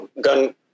gun